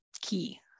key